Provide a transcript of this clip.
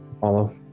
Follow